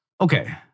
Okay